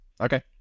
okay